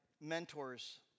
mentors